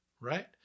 right